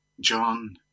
John